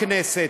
בכנסת,